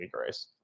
race